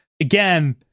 again